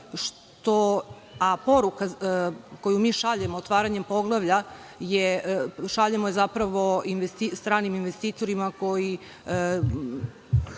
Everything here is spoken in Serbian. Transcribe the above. a poruka koju mi šaljemo otvaranjem poglavlja, šaljemo je zapravo stranim investitorima koji